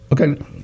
Okay